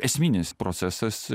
esminis procesas